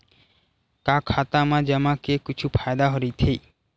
का खाता मा जमा के कुछु फ़ायदा राइथे?